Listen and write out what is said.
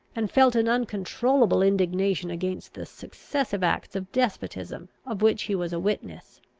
and felt an uncontrollable indignation against the successive acts of despotism of which he was a witness.